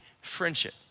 friendship